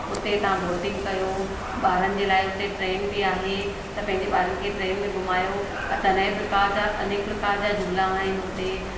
उते तव्हां बोटिंग कयो ॿारनि जे लाइ उते ट्रेन बि आहे त पंहिंजे ॿारनि खे ट्रेन में घुमायो तॾहिं अनेक प्रकार जा अनेक झूला आहिनि हुते